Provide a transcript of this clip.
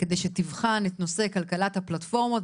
כדי שתבחן את נושא כלכלת הפלטפורמות.